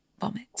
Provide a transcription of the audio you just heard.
vomit